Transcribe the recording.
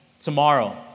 tomorrow